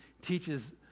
teaches